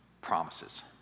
promises